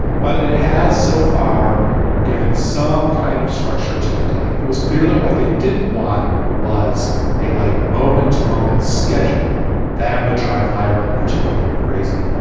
but it has so far given some kind of structure to the day. it was clear that what they didn't want was a like moment to moment schedule that would drive lyra in particular crazy.